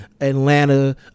Atlanta